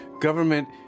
Government